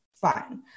fine